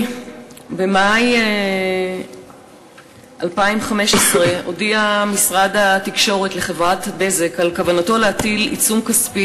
במאי 2015 הודיע משרד התקשורת לחברת "בזק" על כוונתו להטיל עיצום כספי